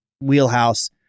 wheelhouse